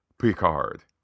Picard